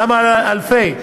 למה אלפי?